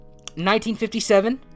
1957